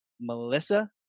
Melissa